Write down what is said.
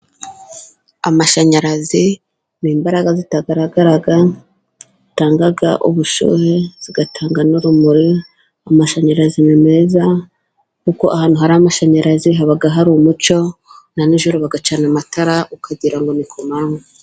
Amashanyarazi ni imbaraga zitagara, zitanga ubushyuhe, zigatanga n'urumuri, amashanyarazi ni meza, kuko ahantu hari amashanyarazi haba hari umucyo, na nijoro bagacana amatara ukagirango ngo ni kumanywa.